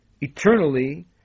eternally